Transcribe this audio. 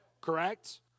Correct